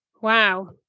Wow